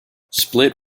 split